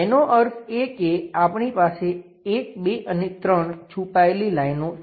એનો અર્થ એ કે આપણી પાસે 1 2 અને 3 છુપાયેલી લાઈનો છે